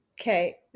Okay